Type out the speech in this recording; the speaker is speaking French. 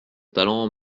talent